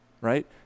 right